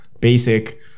basic